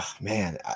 Man